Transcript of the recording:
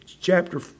chapter